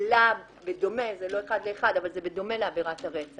מקבילה זה לא אחד לאחד אבל זה בדומה לעבירת הרצח.